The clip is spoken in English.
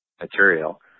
material